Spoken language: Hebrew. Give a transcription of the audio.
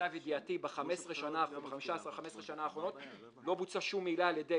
למיטב ידיעתי ב-15 שנה האחרונות לא בוצעה שום מעילה על ידי